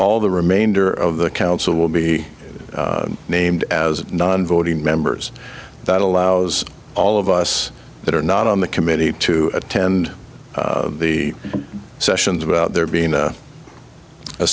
all the remainder of the council will be named as non voting members that allows all of us that are not on the committee to attend the sessions about their being a